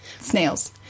snails